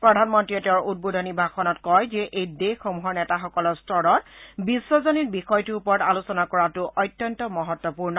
প্ৰধানমন্ত্ৰীয়ে তেওঁৰ উদ্বোধনী ভাষণত কয় যে এই দেশসমূহৰ নেতাসকলৰ স্তৰত বিশ্বজনীন বিষয়টোৰ ওপৰত আলোচনা কৰাটো অত্যন্ত মহত্বপূৰ্ণ